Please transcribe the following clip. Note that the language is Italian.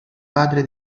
padre